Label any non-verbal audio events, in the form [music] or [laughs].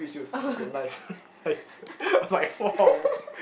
oh [laughs]